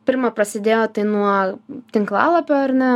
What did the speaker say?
pirma prasidėjo tai nuo tinklalapio ar ne